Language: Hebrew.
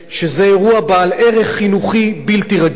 שזה אירוע בעל ערך חינוכי בלתי רגיל.